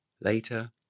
Later